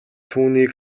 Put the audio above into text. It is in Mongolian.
түүнийг